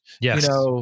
Yes